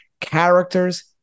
Characters